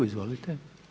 Izvolite.